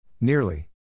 Nearly